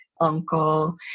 uncle